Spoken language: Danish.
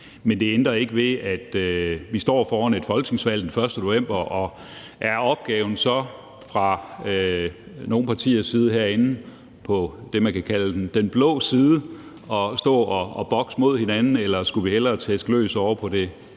Men det ændrer ikke ved, at vi står foran et folketingsvalg den 1. november. Er opgaven så fra nogle partiers side herinde – på det, man kan kalde den blå side – at stå og bokse mod hinanden, eller skulle vi hellere tæske løs på det